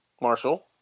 Marshall